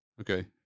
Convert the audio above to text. Okay